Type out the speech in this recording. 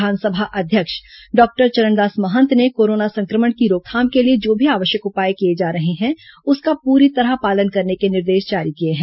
विधानसभा अध्यक्ष डॉक्टर चरणदास महंत ने कोरोना संक्रमण की रोकथाम के लिए जो भी आवश्यक उपाय किए जा रहे हैं उसका पूरी तरह पालन करने के निर्देश जारी किए हैं